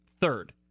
third